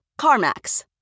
CarMax